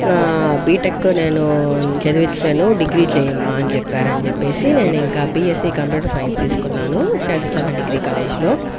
ఆ బీటెకు నేను చదివించలేను డిగ్రీ చేయమ్మా అని చెప్పారని చెప్పేసి నేను ఇంకా బిఎస్సి కంప్యూటర్ సైన్స్ తీసుకున్నాను శేషాచల డిగ్రీ కాలేజ్ లో